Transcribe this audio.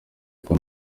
uko